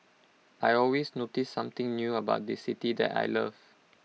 I always notice something new about this city that I love